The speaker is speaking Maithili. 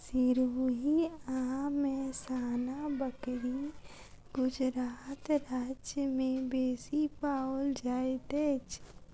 सिरोही आ मेहसाना बकरी गुजरात राज्य में बेसी पाओल जाइत अछि